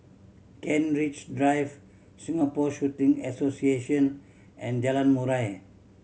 Kent Ridge Drive Singapore Shooting Association and Jalan Murai